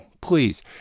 Please